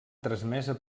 transmesa